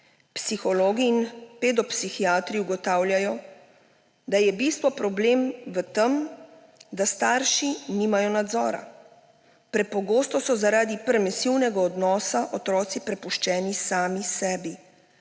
Psihologi, pedopsihiatri ugotavljajo, da je v bistvu problem v tem, da starši nimajo nadzora. Prepogosto so zaradi permisivnega odnosa otroci prepuščeni sami sebi.